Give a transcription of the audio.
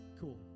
Cool